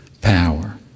power